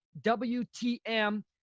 WTM